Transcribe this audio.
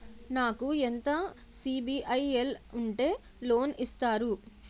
నాకు ఎంత సిబిఐఎల్ ఉంటే లోన్ ఇస్తారు?